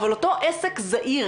אבל אותו עסק זעיר,